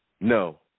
No